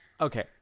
Okay